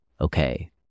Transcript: okay